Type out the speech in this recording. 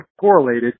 correlated